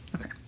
Okay